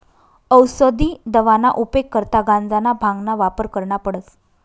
औसदी दवाना उपेग करता गांजाना, भांगना वापर करना पडस